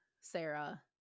Sarah